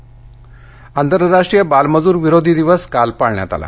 बालमजूर आंतरराष्ट्रीय बालमजूर विरोधी दिवस काल पाळण्यात आला